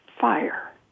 fire